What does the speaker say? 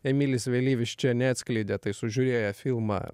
emilis vėlyvis čia neatskleidė tai sužiūrėję filmą